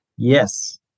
Yes